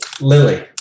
Lily